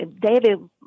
David